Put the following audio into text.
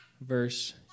verse